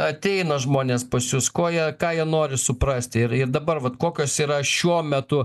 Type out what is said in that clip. ateina žmonės pas jus ko jie ką jie nori suprasti ir ir dabar vat kokios yra šiuo metu